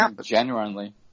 genuinely